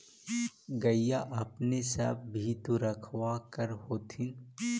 गईया अपने सब भी तो रखबा कर होत्थिन?